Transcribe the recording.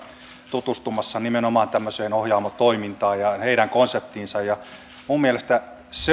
tutustumassa nimenomaan tämmöiseen ohjaamo toimintaan ja heidän konseptiinsa minun mielestäni siellä